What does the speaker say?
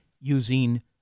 using